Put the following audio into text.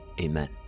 amen